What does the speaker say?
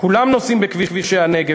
כולם נוסעים בכבישי הנגב,